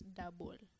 double